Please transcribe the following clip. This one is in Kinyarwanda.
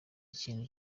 ikintu